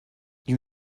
you